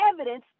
evidence